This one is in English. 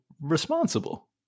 responsible